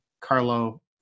Carlo